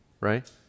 right